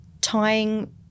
tying